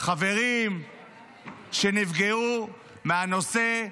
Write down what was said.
חברים שנפגעו מהנושא,